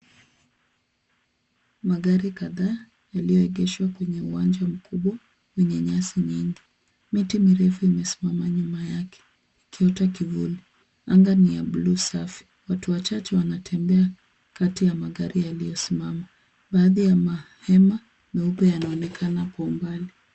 Magari kadhaa yaliyoegeshwa kwenye uwanja mkubwa, kwenye nyasi nyingi .Miti mirefu imesimama nyuma yake, ikiota kivuli. Anga ni ya buluu safi, watu wachache wanatembea kati ya magari yaliyosimama. Baadhi ya mahema meupe yanaonekana kwa umbali.